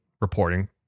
reporting